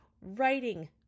writing